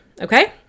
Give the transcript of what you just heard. Okay